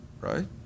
right